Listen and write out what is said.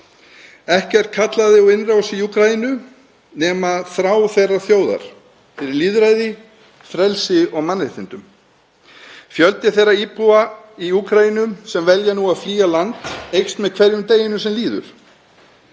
Ekkert kallaði á innrás í Úkraínu nema þrá þeirrar þjóðar eftir lýðræði, frelsi og mannréttindum. Fjöldi þeirra íbúa í Úkraínu sem velja nú að flýja land eykst með hverjum deginum sem líður.